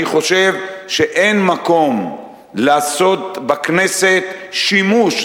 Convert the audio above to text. אני חושב שאין מקום לעשות בכנסת שימוש,